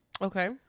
Okay